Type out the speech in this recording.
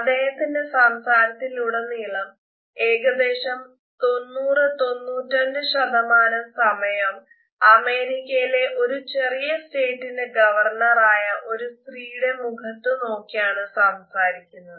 അദ്ദേഹത്തിന്റെ സംസാരത്തിൽ ഉടനീളം ഏകദേശം 90 95 സമയം അമേരിക്കയിലെ ഒരു ചെറിയ സ്റ്റേറ്റിന്റെ ഗവർണർ ആയ ഒരു സ്ത്രീയുടെ മുഖത്ത് നോക്കിയാണ് സംസാരിക്കുന്നത്